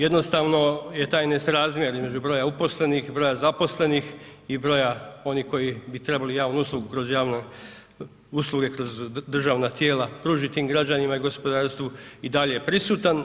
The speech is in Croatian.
Jednostavno je taj nesrazmjer između broja uposlenih i broja zaposlenih i broja onih koji bi trebali javnu uslugu kroz državna tijela pružiti tim građanima i gospodarstvu i dalje prisutan.